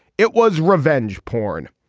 it was revenge porn.